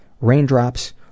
raindrops